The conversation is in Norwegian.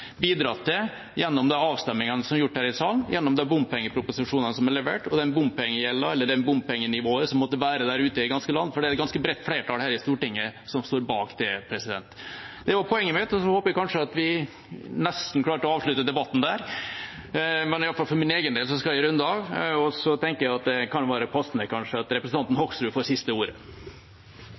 bidratt til gjennom de avstemningene som er gjort her i salen, gjennom de bompengeproposisjonene som er levert, og den bompengegjelden eller det bompengenivået som måtte være der ute i det ganske land. For det er et ganske bredt flertall her i Stortinget som står bak det. Det var poenget mitt, og så håper jeg at vi nesten klarte å avslutte debatten der. I hvert fall for min egen del skal jeg runde av – og så tenker jeg at det kan være passende at representanten Hoksrud får siste ordet.